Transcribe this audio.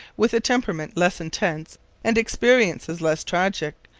with a temperament less intense and experiences less tragic,